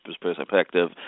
perspective